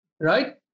right